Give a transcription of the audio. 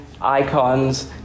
icons